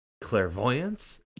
clairvoyance